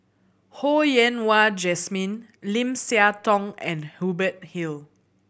Ho Yen Wah Jesmine Lim Siah Tong and Hubert Hill